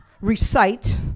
recite